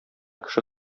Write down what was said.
кеше